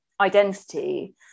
identity